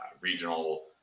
regional